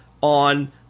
on